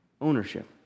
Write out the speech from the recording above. Ownership